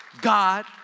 God